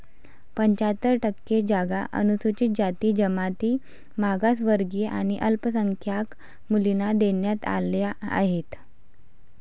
पंच्याहत्तर टक्के जागा अनुसूचित जाती, जमाती, मागासवर्गीय आणि अल्पसंख्याक मुलींना देण्यात आल्या आहेत